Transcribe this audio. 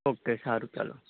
okay સારું ચાલો